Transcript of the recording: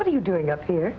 what are you doing up here